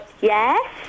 yes